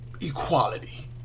equality